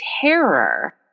terror